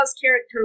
character